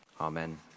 Amen